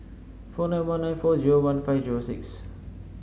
four nine one nine four zero one five zero six